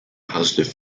positive